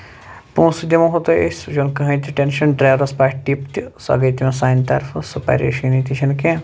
پۄنٛسہٕ دِمہو تۄہہِ أسۍ سُہ چھُ نہٕ کٕہینۍ تہِ ٹینشن ڈریورَس واتہِ ٹِپ تہِ سۄ گٔیے تٔمِس سانہِ طرفہٕ سۄ پَریشٲنی تہِ چھَنہٕ کیٚنٛہہ